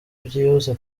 byihuse